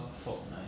so 我们买